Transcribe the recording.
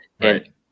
right